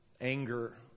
Anger